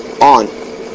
On